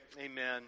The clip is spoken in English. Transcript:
amen